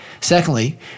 Secondly